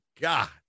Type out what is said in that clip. God